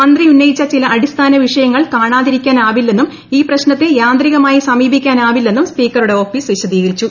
മന്ത്രി ഉന്നയിച്ചു കാണാതിരിക്കാനാവില്ലെന്നും ഈ പ്രശ്നത്തെ യാന്ത്രികമായി സമീപിക്കാനാവില്ലെന്നും സ്പീക്കറുടെ ഓഫീസ് വിശദീകരിച്ചു